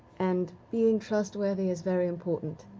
and being trustworthy is very important.